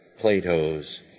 Plato's